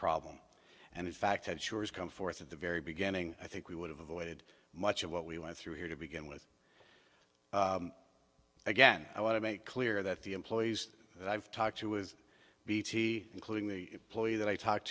problem and in fact that sure has come forth at the very beginning i think we would have avoided much of what we went through here to begin with again i want to make clear that the employees that i've talked to with bt including the ploy that i talked